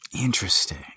Interesting